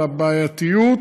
על הבעייתיות